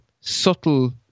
subtle